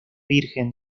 virgen